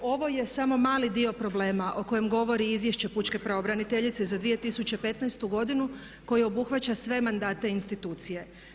Ovo je samo mali dio problema o kojem govori izvješće pučke pravobraniteljice za 2015. godinu koje obuhvaća sve mandate institucije.